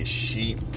sheep